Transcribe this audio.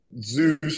Zeus